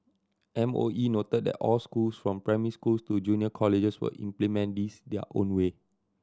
M O E noted that all schools from primary schools to junior colleges will implement this their own way